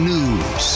News